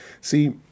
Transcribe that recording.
see